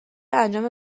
انجام